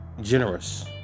generous